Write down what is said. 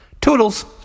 Toodles